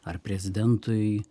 ar prezidentui